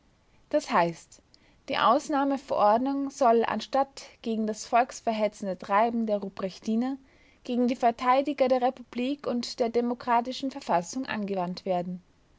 das heißt die ausnahmeverordnung soll anstatt gegen das volksverhetzende treiben der rupprechtiner gegen die verteidiger der republik und der demokratischen verfassung angewandt werden